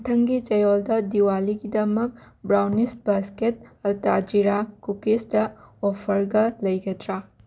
ꯃꯊꯪꯒꯤ ꯆꯌꯣꯜꯗ ꯗꯤꯋꯥꯂꯤꯒꯤꯗꯃꯛ ꯕ꯭ꯔꯥꯎꯅꯤꯁ ꯕꯥꯁꯀꯦꯠ ꯑꯇꯥ ꯓꯤꯔꯥ ꯀꯨꯀꯤꯁꯇ ꯑꯣꯐꯔꯒ ꯂꯩꯒꯗ꯭ꯔꯥ